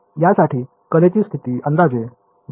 यासाठी कलेची स्थिती अंदाजे 2